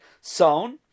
sown